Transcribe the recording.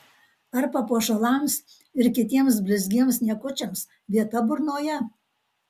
ar papuošalams ir kitiems blizgiems niekučiams vieta burnoje